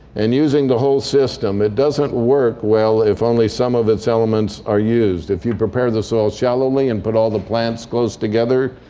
and using the whole system. it doesn't work well if only some of its elements are used. if you prepare the soil shallowly and put but all the plants close together,